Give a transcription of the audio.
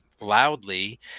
loudly